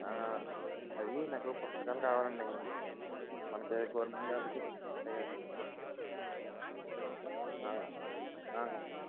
అది నాకు పుస్తకాలు కావాలి అండి మనకి గవర్నమెంట్ జాబ్కి